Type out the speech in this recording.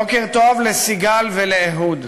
בוקר טוב לסיגל ואהוד,